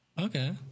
Okay